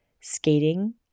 skating